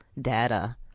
data